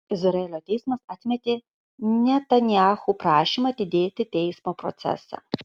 izraelio teismas atmetė netanyahu prašymą atidėti teismo procesą